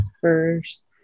first